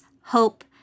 hope